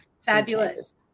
Fabulous